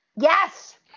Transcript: Yes